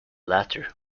latter